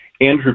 Andrew